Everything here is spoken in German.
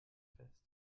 fest